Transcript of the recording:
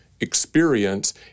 experience